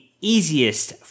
easiest